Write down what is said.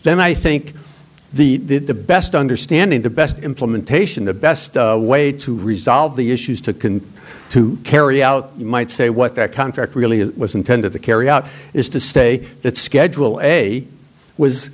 then i think the the best understanding the best implementation the best way to resolve the issues to can to carry out might say what that contract really was intended to carry out is to stay that schedule a was